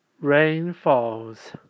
rainfalls